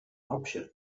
option